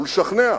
ולשכנע.